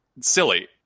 silly